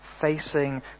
facing